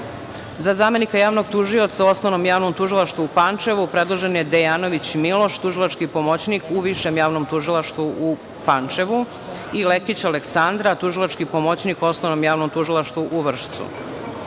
zamenika javnog tužioca u Osnovnom javnom tužilaštvu u Pančevu predložen je Dejanović Miloš, tužilački pomoćnik u Višem javnom tužilaštvu u Pančevu i Lekić Aleksandra, tužilački pomoćnik u Osnovnom javnom tužilaštvu u Vršcu.Za